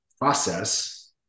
process